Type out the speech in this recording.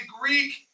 Greek